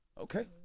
okay